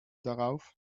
darauf